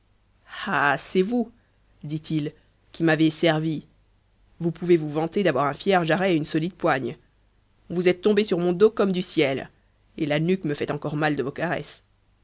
ah c'est vous dit-il qui m'avez servi vous pouvez vous vanter d'avoir un fier jarret et une solide poigne vous êtes tombé sur mon dos comme du ciel et la nuque me fait encore mal de vos caresses